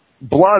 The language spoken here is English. blood